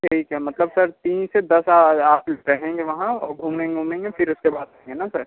ठीक है मतलब सर तीन से दस आप रहेंगे वहाँ और घूमें वूमेंगे फिर उस के बाद है ना सर